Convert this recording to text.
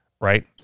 right